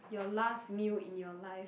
your last meal in your life